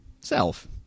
Self